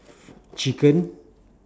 chicken